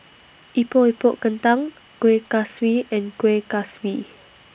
Epok Epok Kentang Kuih Kaswi and Kueh Kaswi